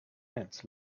ants